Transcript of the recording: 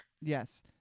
yes